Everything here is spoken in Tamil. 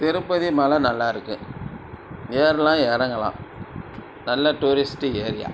திருப்பதி மலை நல்லா இருக்கு ஏறலாம் இறங்கலாம் நல்ல டூரிஸ்ட்டு ஏரியா